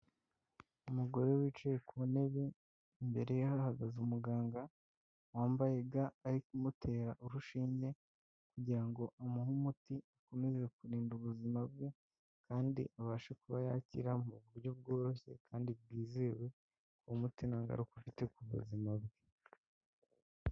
Umugore wicaye ku ntebe imbere ye hahagaze umuganga, wambaye ga ari kumutera urushinge kugira ngo amuhe umuti akomeze kurinda ubuzima bwe kandi abashe kuba yakira mu buryo bworoshye kandi bwizewe uwo muti nta ngaruka ufite ku buzima bwe.